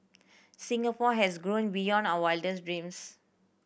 Singapore has grown beyond our wildest dreams